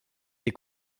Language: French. des